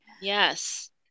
Yes